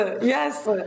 yes